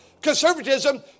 conservatism